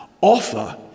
Offer